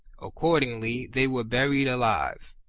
accordingly they were buried alive.